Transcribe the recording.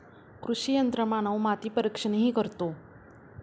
कृषी यंत्रमानव माती परीक्षणही करतो